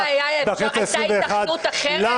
למה הייתה התכנות אחרת?